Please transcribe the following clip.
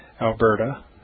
Alberta